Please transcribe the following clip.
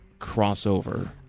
crossover